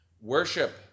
worship